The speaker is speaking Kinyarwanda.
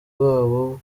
babo